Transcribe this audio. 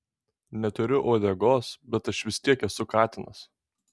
neturiu uodegos bet aš vis tiek esu katinas